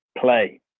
play